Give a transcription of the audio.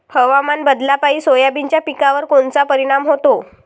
हवामान बदलापायी सोयाबीनच्या पिकावर कोनचा परिणाम होते?